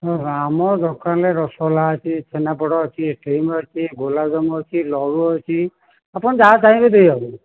ଶୁଣ ଶୁଣ ଆମ ଦୋକାନରେ ରସଗୋଲା ଅଛି ଛେନାପୋଡ଼ ଅଛି ଷ୍ଟିମ୍ ଅଛି ଗୋଲାପଜାମୁନ୍ ଅଛି ଲଡ଼ୁ ଅଛି ଆପଣ ଯାହା ଚାହିଁବେ ସେଇଆ ହେବ